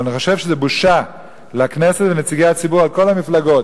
אבל אני חושב שזו בושה לכנסת ולנציגי הציבור מכל המפלגות